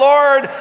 Lord